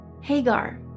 Hagar